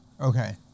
Okay